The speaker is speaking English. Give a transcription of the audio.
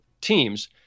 teams